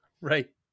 Right